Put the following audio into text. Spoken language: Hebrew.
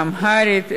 באמהרית.